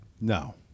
No